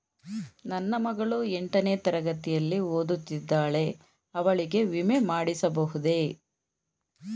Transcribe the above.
ನನ್ನ ಮಗಳು ಎಂಟನೇ ತರಗತಿಯಲ್ಲಿ ಓದುತ್ತಿದ್ದಾಳೆ ಅವಳಿಗೆ ವಿಮೆ ಮಾಡಿಸಬಹುದೇ?